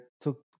took